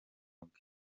bwe